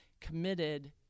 committed